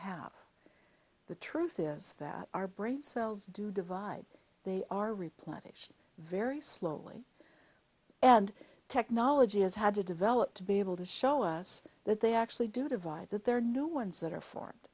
have the truth is that our brain cells do divide they are replenished very slowly and technology has had to develop to be able to show us that they actually do divide that there are new ones that are formed